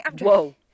whoa